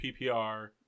PPR